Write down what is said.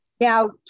Now